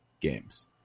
games